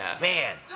Man